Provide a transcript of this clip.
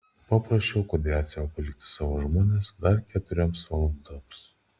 paprašiau kudriavcevą palikti savo žmones dar keturioms valandoms